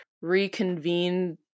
reconvene